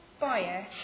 bias